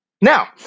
Now